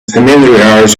familiarize